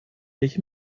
nicht